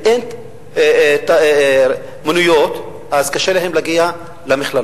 אם אין מוניות קשה להם להגיע למכללות.